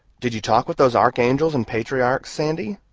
did you talk with those archangels and patriarchs, sandy?